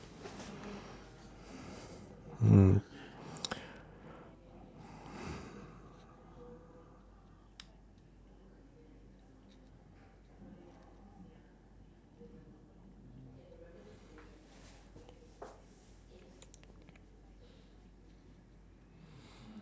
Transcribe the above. mm